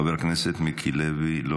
חבר הכנסת מיקי לוי, לא